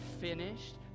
finished